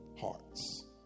hearts